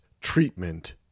Treatment